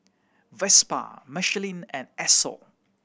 Vespa Michelin and Esso